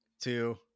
two